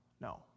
No